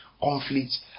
conflict